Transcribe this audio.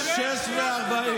מה השעה?